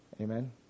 Amen